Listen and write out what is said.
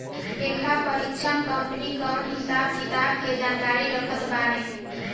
लेखापरीक्षक कंपनी कअ हिसाब किताब के जानकारी रखत बाने